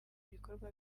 ibikorwa